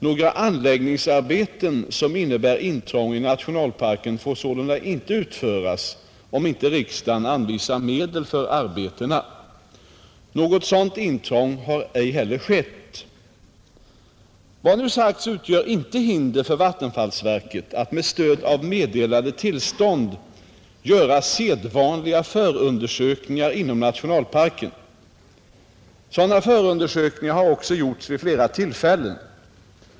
Några anläggningsarbeten som innebär intrång i nationalparken får sålunda inte utföras, om inte riksdagen anvisar medel för arbetena. Något sådant intrång har ej heller skett. Vad nu sagts utgör inte hinder för vattenfallsverket att med stöd av meddelade tillstånd göra sedvanliga förundersökningar inom nationalparken. Sådana förundersökningar har också gjorts vid flera tillfällen.